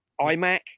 iMac